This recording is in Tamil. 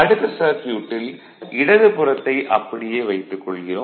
அடுத்த சர்க்யூட்டில் இடது புறத்தை அப்படியே வைத்துக் கொள்கிறோம்